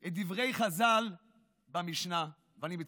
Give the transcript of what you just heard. את דברי חז"ל במשנה, ואני מצטט: